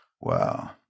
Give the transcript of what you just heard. Wow